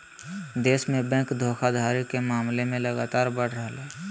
देश में बैंक धोखाधड़ी के मामले लगातार बढ़ रहलय